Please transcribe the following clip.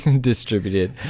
distributed